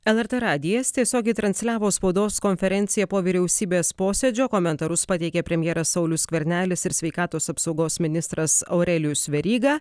lrt radijas tiesiogiai transliavo spaudos konferenciją po vyriausybės posėdžio komentarus pateikė premjeras saulius skvernelis ir sveikatos apsaugos ministras aurelijus veryga